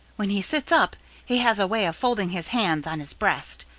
when he sits up he has a way of folding his hands on his breast.